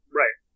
right